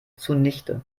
zunichte